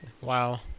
wow